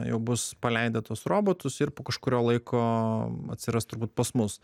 jau bus paleidę tuos robotus ir po kažkurio laiko atsiras turbūt pas mus